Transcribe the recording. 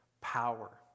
power